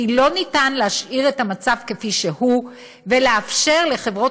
כי לא ניתן להשאיר את המצב כפי שהוא ולאפשר לחברות